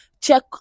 check